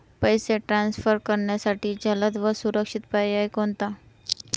पैसे ट्रान्सफर करण्यासाठी जलद व सुरक्षित पर्याय कोणता?